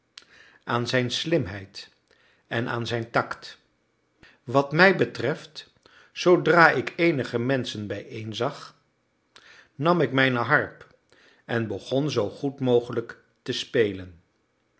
aan zijn slimheid en aan zijn tact wat mij betreft zoodra ik eenige menschen bijeen zag nam ik mijne harp en begon zoo goed mogelijk te spelen